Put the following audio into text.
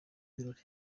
ibirori